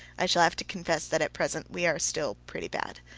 i shall have to confess that at present we are still pretty bad.